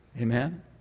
Amen